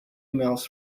emails